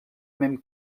même